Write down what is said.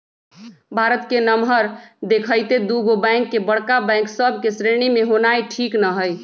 भारत के नमहर देखइते दुगो बैंक के बड़का बैंक सभ के श्रेणी में होनाइ ठीक न हइ